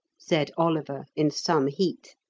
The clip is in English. said oliver, in some heat.